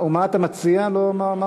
מה אתה מציע, לא אמרת.